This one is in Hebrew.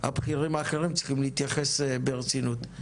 הבכירים האחרים צריכים להתייחס ברצינות.